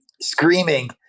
screaming